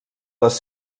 les